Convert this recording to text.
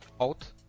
out